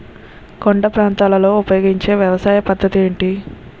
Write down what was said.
కొండ ప్రాంతాల్లో ఉపయోగించే వ్యవసాయ పద్ధతి ఏంటి?